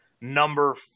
number